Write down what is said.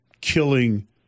killing